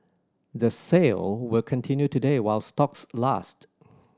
the sale will continue today while stocks last